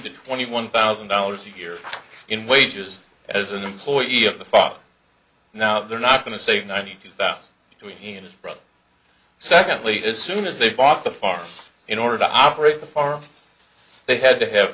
to twenty one thousand dollars a year in wages as an employee of the father now they're not going to save ninety thousand to him and his brother secondly as soon as they bought the farm in order to operate the farm they had to have